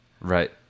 right